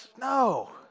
No